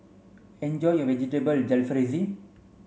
enjoy your Vegetable Jalfrezi